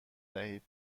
دهید